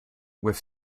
with